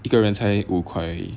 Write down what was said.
一个人才五块而已